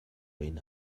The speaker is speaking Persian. این